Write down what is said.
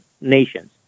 nations